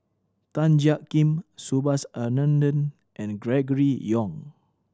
Tan Jiak Kim Subhas Anandan and Gregory Yong